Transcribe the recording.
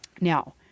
Now